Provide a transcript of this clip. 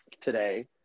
today